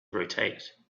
rotate